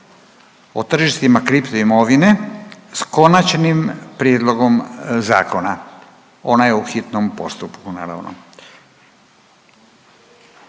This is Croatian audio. o tržištima kripto imovine, s Konačnim prijedlogom Zakona, ona je u hitnom postupku naravno.